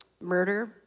murder